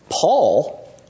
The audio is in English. Paul